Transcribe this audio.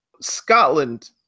Scotland